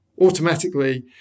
automatically